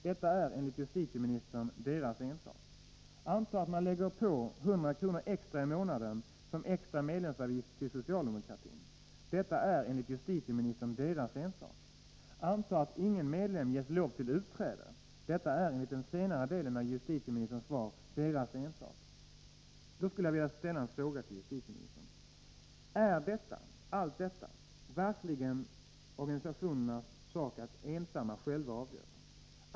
Detta är enligt justitieministern deras ensak. Anta att man lägger på 100 kr. extra i månaden som medlemsavgift till socialdemokratin. Detta är enligt justitieministern deras ensak. Anta att ingen medlem ges lov till utträde. Detta är enligt den senare delen av justitieministerns svar deras ensak. Jag skulle vilja fråga justitieministern: Anser verkligen justitieministern att detta är en organisations sak att själv avgöra?